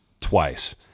twice